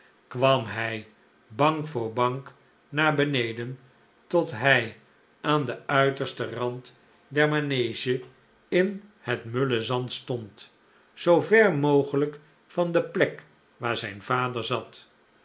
kwam hij bank voor bank naar beneden tot hi aan den uitersten rand der manege in het mulle zand stond zoo ver mogelijk van de plek waar zijn vader zat